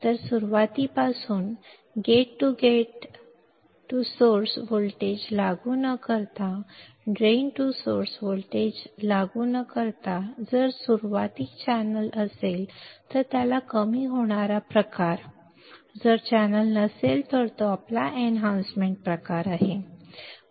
तर सुरुवातीपासून गेट ते गेट ते सोर्स व्होल्टेज लागू न करता ड्रेन टू सोर्स व्होल्टेज लागू न करता जर सुरुवातीला चॅनेल असेल तर त्याचा कमी होणारा प्रकार जर चॅनेल नसेल तर तो आपला एनहॅन्समेंट प्रकार आहे